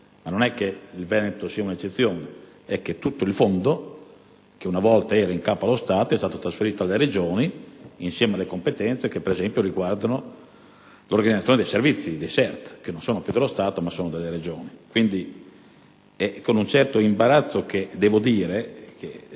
E non è che il Piemonte sia un'eccezione: è che l'intero fondo che una volta era in capo allo Stato è stato trasferito alle Regioni, insieme alle competenze che, per esempio, riguardano l'organizzazione dei servizi (SERT), che non sono più dello Stato, ma delle Regioni. È quindi con un certo imbarazzo che devo dire che,